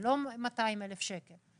זה לא 200,000 שקלים.